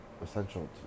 essential